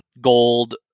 gold